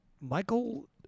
Michael